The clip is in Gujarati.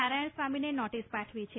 નારાયણસ્વામીને નોટીસ પાઠવી છે